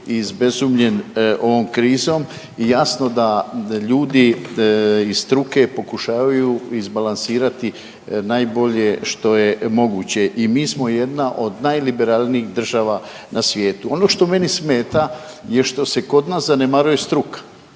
izbezumljen ovom krizom i jasno da ljudi iz struke pokušavaju izbalansirati najbolje što je moguće. I mi smo jedna od najliberalnijih država na svijetu. Ono što meni smeta je što se kod nas zanemaruje struka.